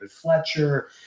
Fletcher